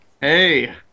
Hey